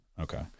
Okay